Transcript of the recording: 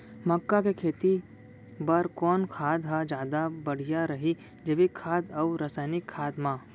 मक्का के खेती बर कोन खाद ह जादा बढ़िया रही, जैविक खाद अऊ रसायनिक खाद मा?